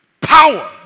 power